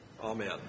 Amen